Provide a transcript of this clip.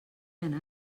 anar